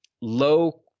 low